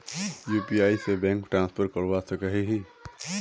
UPI से bank transfer करवा सकोहो ही?